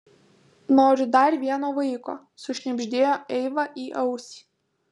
noriu dar vieno vaiko sušnibždėjo eiva į ausį